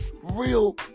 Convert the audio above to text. Real